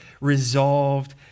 resolved